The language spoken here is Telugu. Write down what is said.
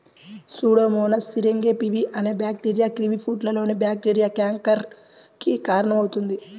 Pseudomonas syringae P V bacteria కివీఫ్రూట్లోని బ్యాక్టీరియా క్యాంకర్ కి కారణమవుతుంది